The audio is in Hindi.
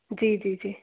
जी जी जी